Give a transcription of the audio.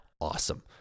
Awesome